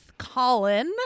Colin